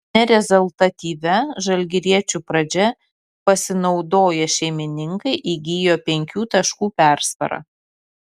nerezultatyvia žalgiriečių pradžia pasinaudoję šeimininkai įgijo penkių taškų persvarą